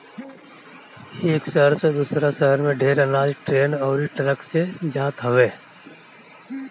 एक शहर से दूसरा शहर में ढेर अनाज ट्रेन अउरी ट्रक से जात हवे